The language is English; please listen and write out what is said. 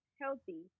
healthy